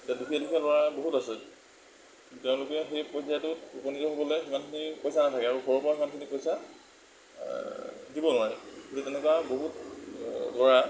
এতিয়া দুখীয়া দুখীয়া ল'ৰা বহুত আছে তেওঁলোকে সেই পৰ্যায়টোত উপনীত হ'বলৈ সিমানখিনি পইচা নাথাকে আৰু ঘৰৰ পৰাও সিমানখিনি পইচা দিব নোৱাৰে গতিকে তেনেকুৱা বহুত ল'ৰা